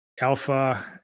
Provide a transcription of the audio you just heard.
alpha